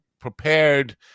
prepared